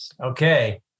Okay